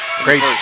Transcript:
Great